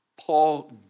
Paul